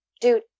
Dude